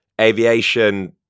aviation